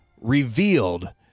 revealed